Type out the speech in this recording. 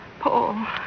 Paul